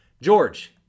George